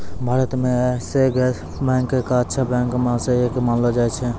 भारत म Yes Bank क अच्छा बैंक म स एक मानलो जाय छै